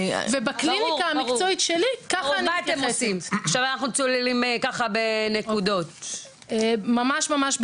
ובקליניקה המקצועית שלי ככה אני מתייחסת.